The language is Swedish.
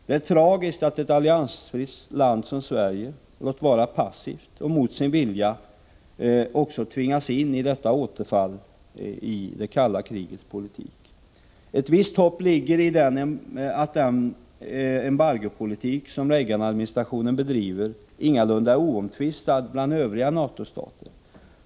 Det är tragiskt att ett alliansfritt land som Sverige — låt vara passivt och mot sin vilja — också tvingas in i detta återfall i det kalla krigets politik. Ett visst hopp ligger i att den embargopolitik, som Reaganadministrationen bedriver, ingalunda är oomtvistad bland övriga NATO-stater.